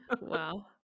wow